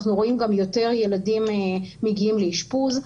אנחנו רואים גם יותר ילדים מגיעים לאשפוז,